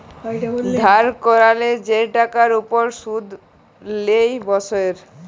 ধার ক্যরলে যে টাকার উপর শুধ লেই বসরে